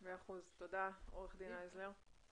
תודה עורך דין הייזלר.